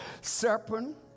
Serpent